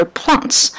plants